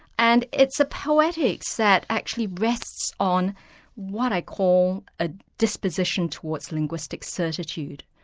and it's a poetics that actually rests on what i call a disposition towards linguistic certitude,